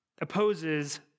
opposes